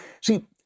See